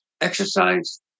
exercise